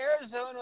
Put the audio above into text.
Arizona